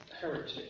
heritage